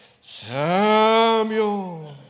Samuel